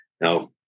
Now